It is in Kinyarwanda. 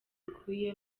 bikwiye